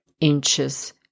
inches